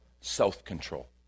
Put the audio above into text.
self-control